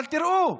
אבל תראו: